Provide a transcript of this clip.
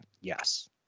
Yes